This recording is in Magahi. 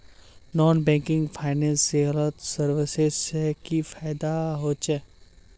नॉन बैंकिंग फाइनेंशियल सर्विसेज से की फायदा होचे?